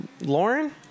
Lauren